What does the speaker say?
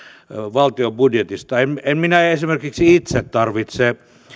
valtion budjetista en en minä esimerkiksi itse tarvitse